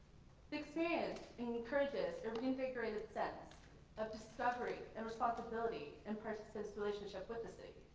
experience encourages a reinvigorated sense of discovery and responsibility and participant's relationship with the city.